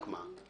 רק מה,